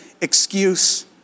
excuse